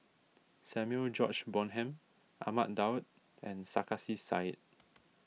Samuel George Bonham Ahmad Daud and Sarkasi Said